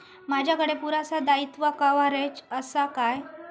माजाकडे पुरासा दाईत्वा कव्हारेज असा काय?